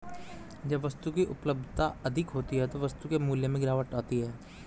जब वस्तु की उपलब्धता अधिक होती है तो वस्तु के मूल्य में गिरावट आती है